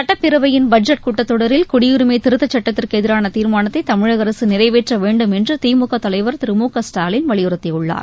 சட்டப்பேரவையின் பட்ஜெட் கூட்டத் தொடரில் குடியுரிமை திருத்தச் சுட்டத்திற்கு எதிரான தீர்மானத்தை தமிழக அரசு நிறைவேற்ற வேண்டும் என்று திழக தலைவர் திரு மு க ஸ்டாலின் வலியுறுத்தியுள்ளார்